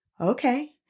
okay